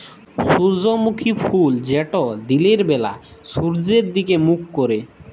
সূর্যমুখী ফুল যেট দিলের ব্যালা সূর্যের দিগে মুখ ক্যরে